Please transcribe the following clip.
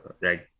right